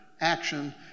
action